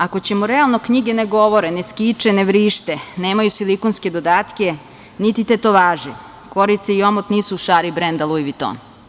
Ako ćemo realno, knjige ne govore, ne skiče, ne vrište, nemaju silikonske dodatke, niti tetovaže, korice i omot nisu u šari brenda Luj Viton.